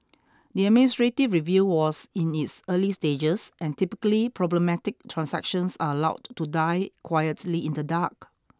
the administrative review was in its early stages and typically problematic transactions are allowed to die quietly in the dark